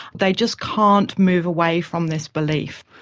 they just can't move away from this belief.